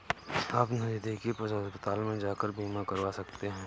आप नज़दीकी पशु अस्पताल में जाकर बीमा करवा सकते है